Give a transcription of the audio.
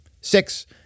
Six